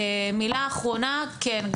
מילה אחרונה, כן.